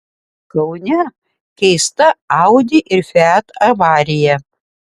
kaune keista audi ir fiat avarija